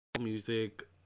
Music